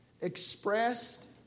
expressed